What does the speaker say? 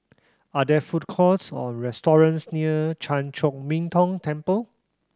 are there food courts or restaurants near Chan Chor Min Tong Temple